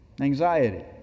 Anxiety